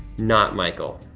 not michael,